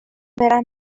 برم